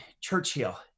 Churchill